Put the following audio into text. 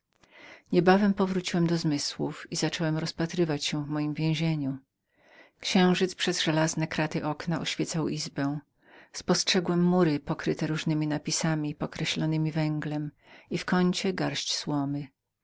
niebawem powróciłem do zmysłów i zacząłem rozpatrywać się w mojem więzieniu księżyc przez żelazne kraty okna oświecał izbę spostrzegłem mury pokryte różnemi napisami pokreślonemi węglem i w kącie garść słomy